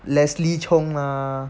leslie cheung ah